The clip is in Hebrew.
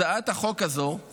הצעת החוק הזו היא